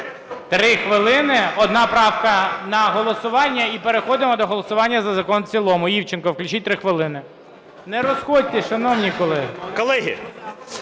Три хвилини, одна правка на голосування, і переходимо до голосування за закон в цілому. Івченку включіть 3 хвилини. Не розходьтесь, шановні колеги!